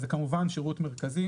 אז זה כמובן שירות מרכזי.